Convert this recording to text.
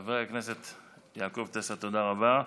חבר הכנסת יעקב טסלר, תודה רבה.